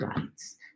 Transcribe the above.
lights